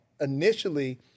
initially